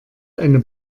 eine